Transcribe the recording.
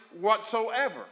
whatsoever